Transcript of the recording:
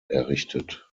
errichtet